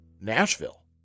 Nashville